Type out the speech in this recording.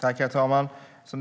Herr talman!